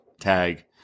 tag